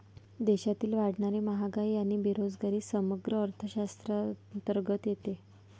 देशातील वाढणारी महागाई आणि बेरोजगारी समग्र अर्थशास्त्राअंतर्गत येते